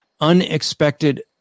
unexpected